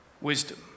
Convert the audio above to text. wisdom